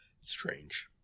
strange